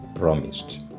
promised